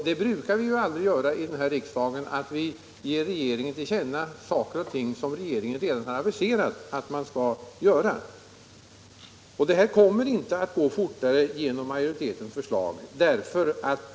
Vi brukar ju aldrig ge regeringen till känna sådant som regeringen aviserat att den ämnar göra. Det kommer inte att gå fortare, om vi följer majoritetens förslag.